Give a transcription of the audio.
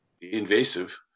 invasive